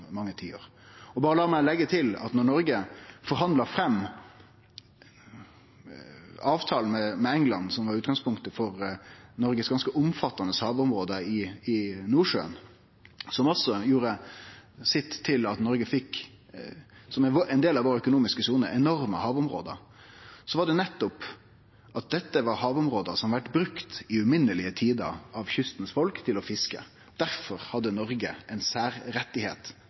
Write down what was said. mange tiår. La meg leggje til at da Noreg forhandla fram avtalen med England, som var utgangspunktet for Noregs ganske omfattande havområde i Nordsjøen, og som også gjorde sitt til at Noreg fekk, som ein del av vår økonomiske sone, enorme havområde, var det nettopp at dette var havområde som hadde vore brukte til fiske i uminnelege tider av kystens folk. Difor hadde Noreg ein særrett til å forvalte desse områda også. Det betyr at dersom Noreg